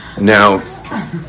Now